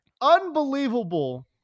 unbelievable